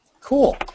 Cool